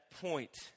point